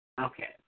okay